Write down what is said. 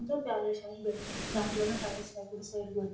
ముందు బ్యాగుల షాపు పెడతాం దాంట్లోనే టాయ్స్ షాపు కూడా సైడ్కి పెడతాం